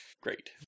great